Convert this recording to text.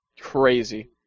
Crazy